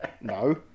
No